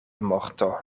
morto